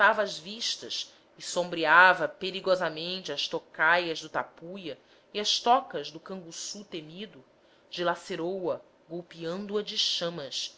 escurentava as vistas e sombreava perigosamente as tocaias do tapuia e as tocas do canguçu temido dilacerou a golpeando a de chamas